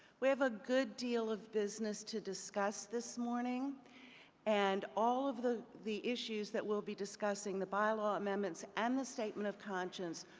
we have a good deal of business to discuss this morning and all of the the issues that we'll be discussing, the bylaw amendments and the statement conscience,